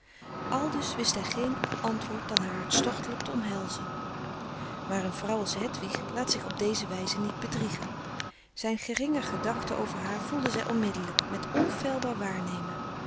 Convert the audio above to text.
aldus wist hij geen ander antwoord dan haar hartstochtelijk te omhelzen maar een vrouw als hedwig laat zich op deze wijze niet bedriegen zijn geringer gedachte over haar voelde zij onmiddelijk met onfeilbaar waarnemen